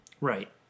Right